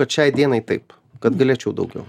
bet šiai dienai taip kad galėčiau daugiau